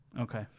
Okay